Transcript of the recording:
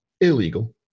illegal